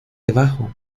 debajo